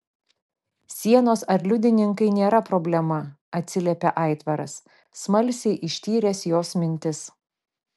sienos ar liudininkai nėra problema atsiliepė aitvaras smalsiai ištyręs jos mintis